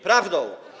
Prawdą.